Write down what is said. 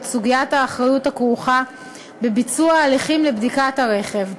את סוגיית האחריות הכרוכה בביצוע הליכים לבדיקת הרכב.